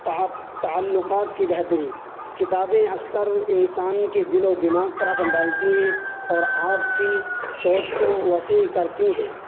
تعلقات کی بہتری کتابیں اکثر انسان کے دل و دماگ پر اثر ڈالتی ہیں اور آپ کی سوچ کو وسیع کرتی ہیں